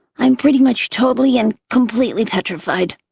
i am pretty much totally and completely petrified.